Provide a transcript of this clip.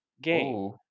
game